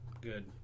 Good